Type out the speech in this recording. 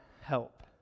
help